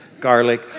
garlic